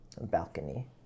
balcony